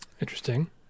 Interesting